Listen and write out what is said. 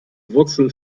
wurzel